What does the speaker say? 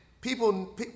people